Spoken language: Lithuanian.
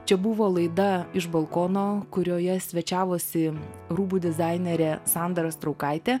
čia buvo laida iš balkono kurioje svečiavosi rūbų dizainerė sandra straukaitė